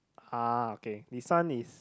uh okay this one is